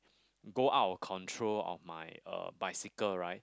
go out of control of my uh bicycle ride